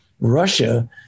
Russia